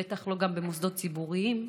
בטח לא במוסדות ציבוריים.